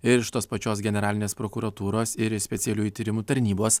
ir iš tos pačios generalinės prokuratūros ir specialiųjų tyrimų tarnybos